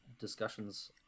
discussions